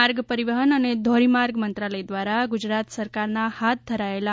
માર્ગ પરિવહન અને ધોરીમાર્ગ મંત્રાલય દ્વારા ગુજરાત સરકારના હાથ ધરાયેલા